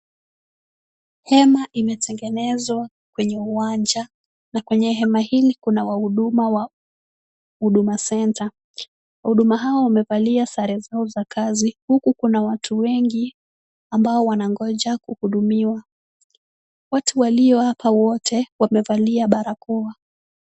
Hema imetengenezwa kwenye uwanja na kwenye hema hili kuna wahuduma wa Huduma Center. Wahuduma hawa wamevalia sare zao za kazi huku kuna watu wengi ambao wanangoja kuhudumiwa. Watu walio hapa wote wamevalia barakoa.